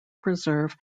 preserve